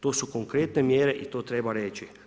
To su konkretne mjere i to treba riječi.